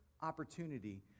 opportunity